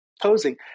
posing